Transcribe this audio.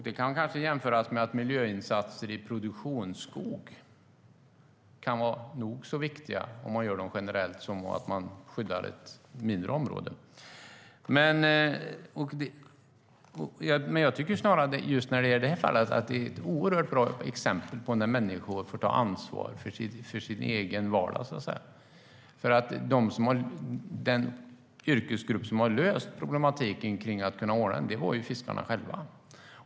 Det kan kanske jämföras med att miljöinsatser i produktionsskog, om man gör dem generellt, kan vara nog så viktiga som skydd av ett mindre område. Men jag tycker snarare att just det här fallet är ett oerhört bra exempel på hur människor får ta ansvar för sin egen vardag. Den yrkesgrupp som har löst problematiken är fiskarna själva.